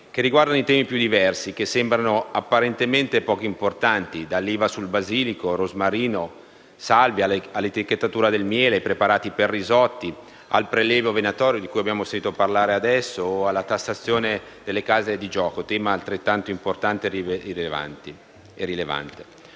che riguardano i temi più diversi, che sembrano apparentemente poco importanti (dall'IVA sul basilico, rosmarino e salvia, all'etichettatura del miele, ai preparati per risotti, al prelievo venatorio, di cui abbiamo appena sentito parlare, fino alla tassazione nelle case da gioco, tema altrettanto importante e rilevante)